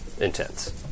intense